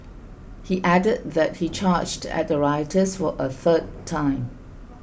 he added that he charged at the rioters for a third time